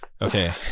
Okay